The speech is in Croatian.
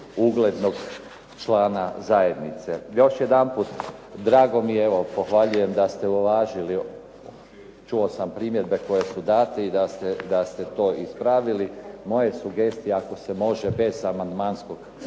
uglednog člana zajednice. Još jedanput, drago mi je, evo pohvaljujem da ste uvažili, čuo sam primjedbe koje su date i da ste to ispravili. Moja sugestija je ako se može bez amandmanskog